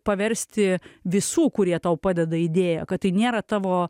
paversti visų kurie tau padeda idėja kad nėra tavo